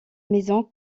maison